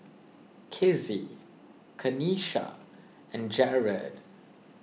Kizzie Kanisha and Jered